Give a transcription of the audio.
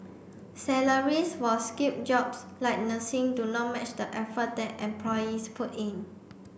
salaries for skilled jobs like nursing do not match the effort that employees put in